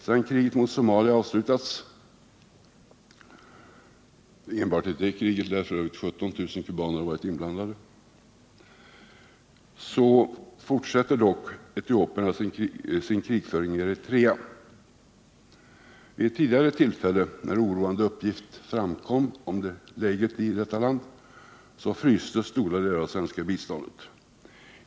Sedan kriget mot Somalia avslutats — enbart i det kriget lär f.ö. 17000 kubaner ha varit inblandade — fortsätter dock etiopierna sin krigföring i Eritrea. Vid ett tidigare tillfälle, när oroande uppgifter framkom om läget i Etiopien, frystes stora delar av det svenska biståndet.